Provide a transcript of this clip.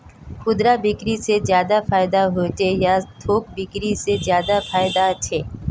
खुदरा बिक्री से ज्यादा फायदा होचे या थोक बिक्री से ज्यादा फायदा छे?